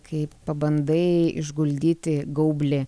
kai pabandai išguldyti gaublį